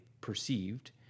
perceived